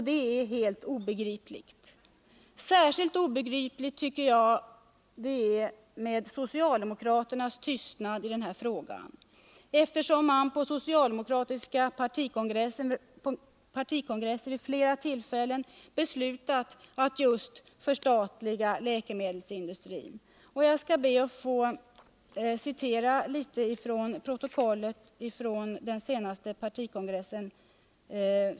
Det är helt obegripligt. Särskilt obegriplig tycker jag socialdemokraternas tystnad i denna fråga är. På socialdemokratiska partikongresser har man vid flera tillfällen beslutat föreslå att läkemedelsindustrin förstatligas. Jag skall be att få citera ur protokollet från socialdemokraternas senaste partikongress.